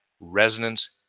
resonance